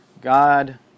God